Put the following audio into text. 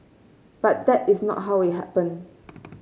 but that is not how it happened